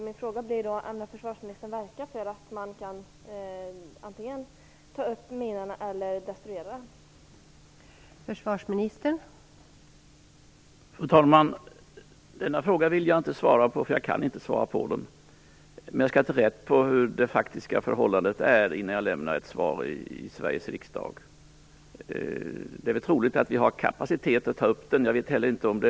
Min fråga är: Avser försvarsministern att verka för att man antingen tar upp bomben eller destruerar den?